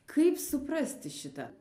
kaip suprasti šitą